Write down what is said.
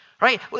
right